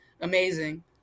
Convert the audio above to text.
amazing